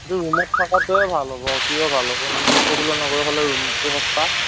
ৰুমত থকাটোৱেই ভাল হ'ব কিয় ভাল হ'ব মানে প্ৰফুল্ল নগৰৰ ফালে ৰুমটো সস্তা